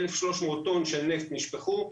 1,300 טון של נפט נשפכו.